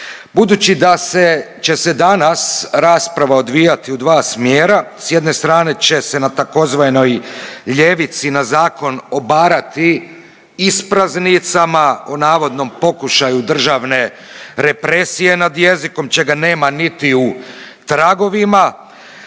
Budući da se, će se danas rasprava odvijati u dva smjera, s jedne strane će se na tzv. ljevici na zakon obarati ispraznicama u navodnom pokušaju državne represije nad jezikom čega nema niti u tragovima,